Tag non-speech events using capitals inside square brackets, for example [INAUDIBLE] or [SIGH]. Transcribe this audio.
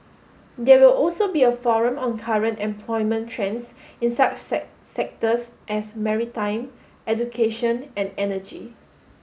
there will also be a forum on current employment trends in such [UNINTELLIGIBLE] sectors as maritime education and energy